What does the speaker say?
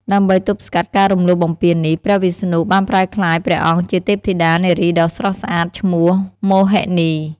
ដើម្បីទប់ស្កាត់ការរំលោភបំពាននេះ ព្រះវិស្ណុបានប្រែក្លាយព្រះអង្គជាទេពធីតានារីដ៏ស្រស់ស្អាតឈ្មោះ មោហិនី។